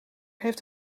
heeft